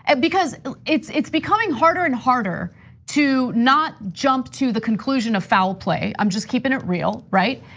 and because it's it's becoming harder and harder to not jump to the conclusion of foul play. i'm just keeping it real, right?